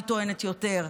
אני טוענת שיותר,